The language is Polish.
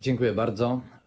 Dziękuję bardzo.